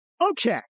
Okay